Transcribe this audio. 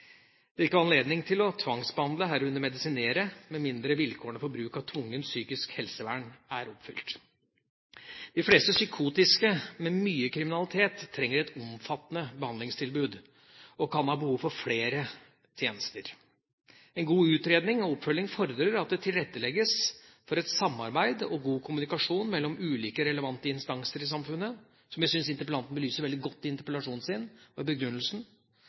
Det vil ikke være anledning til å tvangsbehandle, herunder medisinere, med mindre vilkårene for bruk av tvungent psykisk helsevern er oppfylt. De fleste psykotiske med mye kriminalitet trenger et omfattende behandlingstilbud og kan ha behov for flere tjenester. En god utredning og oppfølging fordrer at det tilrettelegges for et samarbeid og god kommunikasjon mellom ulike relevante instanser i samfunnet – som jeg syns interpellanten belyser veldig godt i interpellasjonen sin og i begrunnelsen